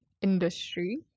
industry